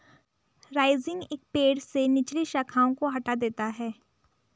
rising एक पेड़ से निचली शाखाओं को हटा देता है